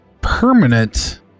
permanent